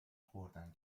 خوردن